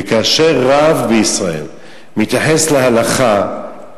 וכאשר רב בישראל מתייחס להלכה,